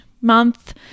month